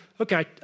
okay